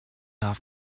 off